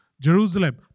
Jerusalem